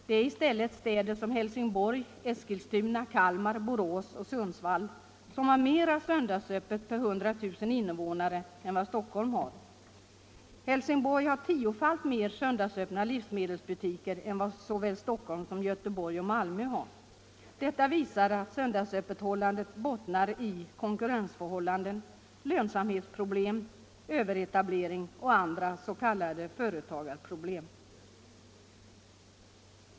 Det är i stället städer som Helsingborg, Eskilstuna, Kalmar, Borås och Sundsvall som har mera söndagsöppet för 100 000 invånare än vad Stockholm har. Helsingborg har tiofalt mer söndagsöppna livsmedelsbutiker än vad såväl Stockholm som Göteborg och Malmö har. Detta visar att söndagsöppethållandet bottnar i konkurrensförhållanden, lönsamhetsproblem, överetablering och andra s.k. företagarproblem.